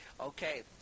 Okay